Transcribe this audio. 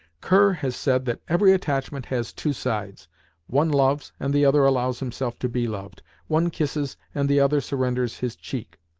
kerr has said that every attachment has two sides one loves, and the other allows himself to be loved one kisses, and the other surrenders his cheek.